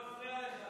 אני לא מפריע לך.